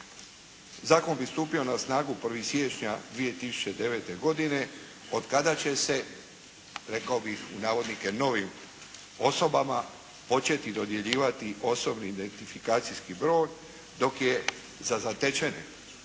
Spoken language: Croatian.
Zakon bi stupio na snagu 1. siječnja 2009. godine, od kada će se, rekao bih, u navodnike "novim osobama" početi dodjeljivati osobni identifikacijski broj. Dok je za zatečene